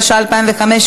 התשע"ה 2015,